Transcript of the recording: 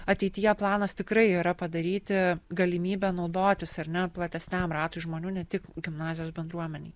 ateityje planas tikrai yra padaryti galimybę naudotis ar ne platesniam ratui žmonių ne tik gimnazijos bendruomenei